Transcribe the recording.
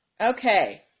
Okay